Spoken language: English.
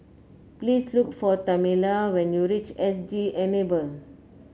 please look for Tamela when you reach S G Enable